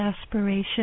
aspiration